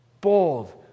Bold